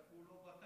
איך הוא לא בתא?